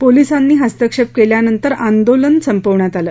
पोलिसांनी हस्तक्षेप केल्यानंतर आंदोलन संपवण्यात आलं